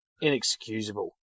inexcusable